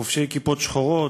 חובשי כיפות שחורות,